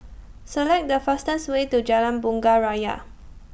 Select The fastest Way to Jalan Bunga Raya